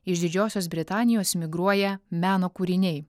iš didžiosios britanijos migruoja meno kūriniai